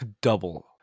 Double